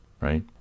right